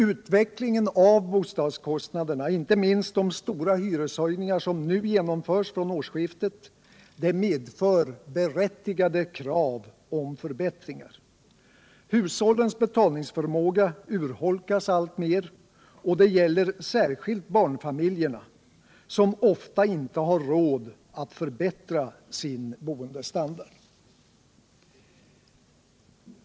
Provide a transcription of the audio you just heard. Utvecklingen av bostadskostnaderna, inte minst de stora hyreshöjningar som nu genomförs från årsskiftet, medför berättigade krav om förbättringar. Hushållens betalningsförmåga urholkas alltmer, och det gäller särskilt barnfamiljerna, som ofta inte har råd att förbättra sin boendestandard.